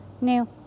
new